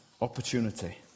opportunity